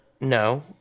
no